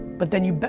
but then you, but